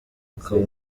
akaba